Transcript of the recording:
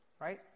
right